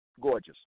gorgeous